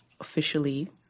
officially